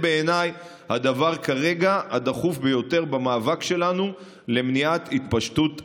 בעיניי זה הדבר הדחוף ביותר כרגע במאבק שלנו למניעת התפשטות הנגיף,